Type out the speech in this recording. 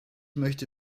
möchte